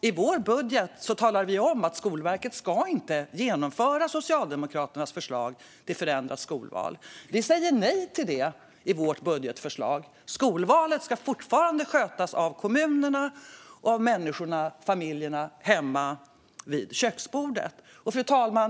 I vår budget talar vi om att Skolverket inte ska genomföra Socialdemokraternas förslag till förändrat skolval. Vi säger nej till det i vårt budgetförslag. Skolvalet ska fortfarande skötas av kommunerna och av familjerna hemma vid köksborden.